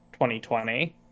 2020